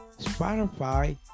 Spotify